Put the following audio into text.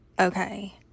Okay